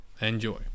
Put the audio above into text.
Enjoy